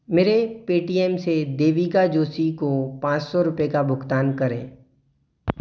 मेरे पेटीएम से देविका जोशी को पाँच सौ रुपये का भुगतान करें